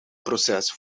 proces